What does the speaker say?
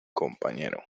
compañero